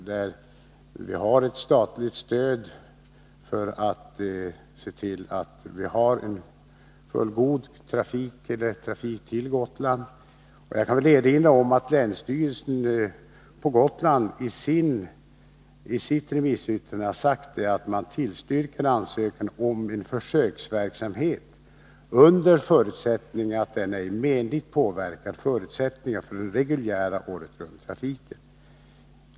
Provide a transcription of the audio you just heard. Gotlandsbolaget erhåller statligt stöd för att vi skall se till att ha en fullgod trafik till Gotland. Jag kan erinra om att länsstyrelsen på 23 Gotland i sitt remissyttrande har sagt att man tillstyrker ansökan om en försöksverksamhet under förutsättning att den ej menligt påverkar förutsättningarna för den reguljära åretrunttrafiken.